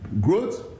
growth